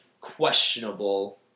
questionable